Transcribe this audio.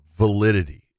Validity